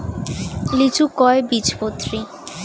লিচু কয় বীজপত্রী?